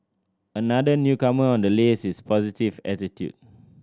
another newcomer on the list is positive attitude